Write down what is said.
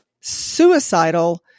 suicidal